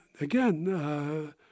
Again